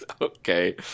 Okay